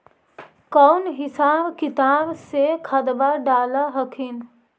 कौन हिसाब किताब से खदबा डाल हखिन?